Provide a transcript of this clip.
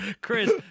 Chris